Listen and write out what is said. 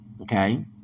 okay